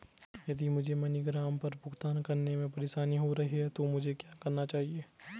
यदि मुझे मनीग्राम पर भुगतान करने में परेशानी हो रही है तो मुझे क्या करना चाहिए?